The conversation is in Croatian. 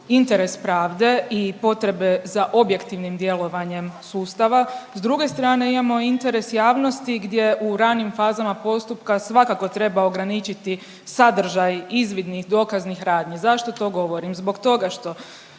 interes pravde i potrebe za objektivnim djelovanjem sustava, s druge strane imamo interes javnosti gdje u ranim fazama postupka svakako treba ograničiti sadržaj izvidnih dokaznih radnji. Zašto to govorim? Zbog toga što